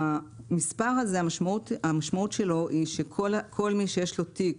המספר הזה, המשמעות שלו היא שכל מי שיש לו תיק